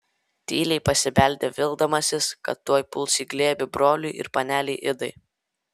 tyliai pasibeldė vildamasis kad tuoj puls į glėbį broliui ir panelei idai